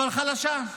אבל חלשה.